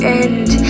end